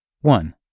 One